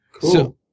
Cool